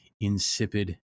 insipid